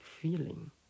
feeling